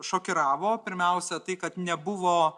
šokiravo pirmiausia tai kad nebuvo